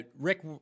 rick